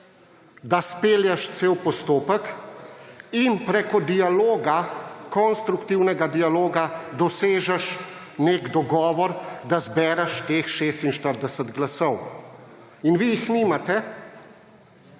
da spelješ cel postopek in preko dialoga, konstruktivnega dialoga dosežeš dogovor, da zbereš teh 46 glasov. In vi jih nimate.